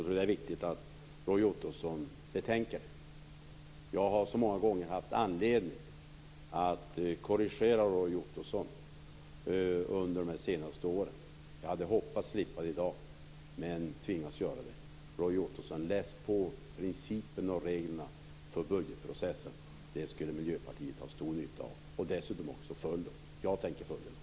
Det är viktigt att Roy Ottosson betänker detta. Jag har många gånger haft anledning att korrigera Roy Ottosson under de senaste åren. Jag hade hoppats att slippa det i dag, men jag tvingas ändå göra det. Läs på principerna och reglerna för budgetprocessen, Roy Ottosson! Det skulle Miljöpartiet ha stor nytta av. Följ dem dessutom! Jag tänker följa dem.